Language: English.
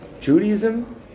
Judaism